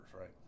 right